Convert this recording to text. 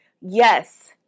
Yes